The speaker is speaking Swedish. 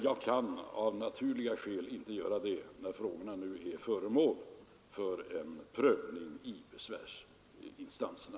Jag kan av naturliga skäl inte göra det när frågan nu är föremål för prövning i besvärsinstanserna.